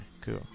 cool